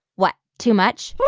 what? too much?